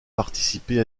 participé